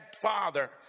father